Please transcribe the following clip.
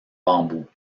bambou